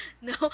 No